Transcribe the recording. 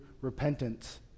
repentance